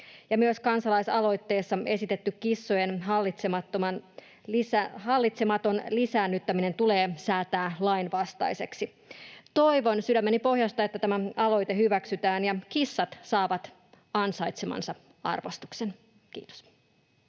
myös kansalaisaloitteessa esitetty kissojen hallitsematon lisäännyttäminen tulee säätää lainvastaiseksi. Toivon sydämeni pohjasta, että tämä aloite hyväksytään ja kissat saavat ansaitsemansa arvostuksen. — Kiitos.